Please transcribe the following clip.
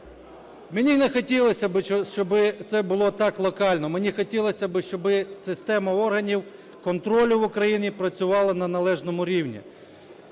Мені не хотілося б, щоби це було так локально. Мені хотілося б, щоб система органів контролю в Україні працювала на належному рівні.